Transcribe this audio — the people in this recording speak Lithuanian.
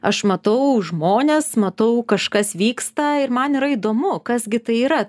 aš matau žmones matau kažkas vyksta ir man yra įdomu kas gi tai yra